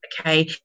okay